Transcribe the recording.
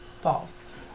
False